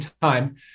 time